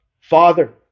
father